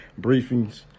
briefings